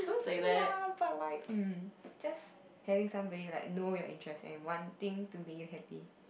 ya but like mm just having somebody know your interest and wanting to make you happy